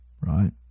right